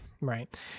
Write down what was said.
Right